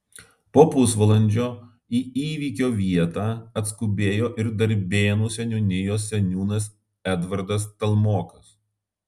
po pusvalandžio į įvykio vietą atskubėjo ir darbėnų seniūnijos seniūnas edvardas stalmokas